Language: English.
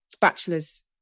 bachelor's